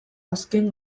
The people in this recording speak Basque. azken